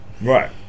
right